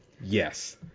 yes